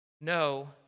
no